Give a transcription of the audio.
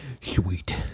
Sweet